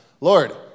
Lord